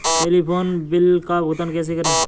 Telephone bill का भुगतान कैसे करें?